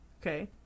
Okay